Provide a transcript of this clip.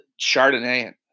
Chardonnay